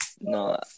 No